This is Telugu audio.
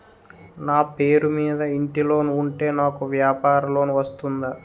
నా పేరు మీద ఇంటి లోన్ ఉంటే నాకు వ్యాపార లోన్ వస్తుందా?